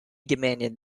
demanded